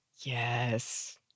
Yes